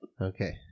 Okay